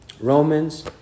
Romans